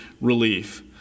relief